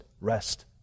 rest